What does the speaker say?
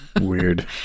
Weird